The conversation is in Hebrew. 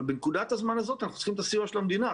אבל בנקודת הזמן הזאת אנחנו צריכים את הסיוע של המדינה.